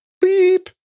beep